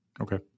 Okay